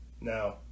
Now